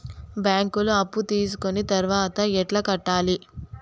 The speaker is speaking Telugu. బ్యాంకులో అప్పు తీసుకొని తర్వాత ఎట్లా కట్టాలి?